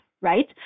right